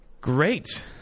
Great